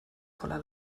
voller